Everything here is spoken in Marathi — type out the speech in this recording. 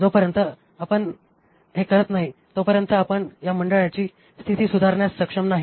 जोपर्यंत आपण हे करत नाही तोपर्यंत आपण या मंडळांची स्थिती सुधारण्यास सक्षम नाही